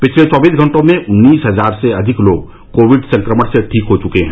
पिछले चौबीस घंटों में उन्नीस हजार से अधिक लोग कोविड संक्रमण से ठीक हो चुके हैं